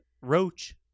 roach